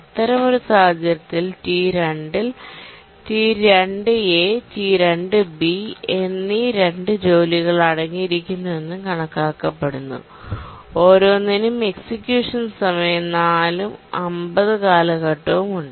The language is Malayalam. അത്തരമൊരു സാഹചര്യത്തിൽ T2 യിൽ T2a T2b എന്നീ 2 ജോലികൾ അടങ്ങിയിരിക്കുന്നുവെന്ന് കണക്കാക്കപ്പെടുന്നു ഓരോന്നിനും എക്സിക്യൂഷൻ സമയം 4 ഉം 50 കാലഘട്ടവും ഉണ്ട്